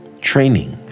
training